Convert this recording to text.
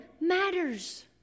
matters